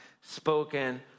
spoken